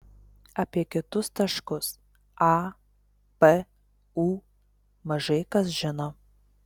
apie kitus taškus a p u mažai kas žino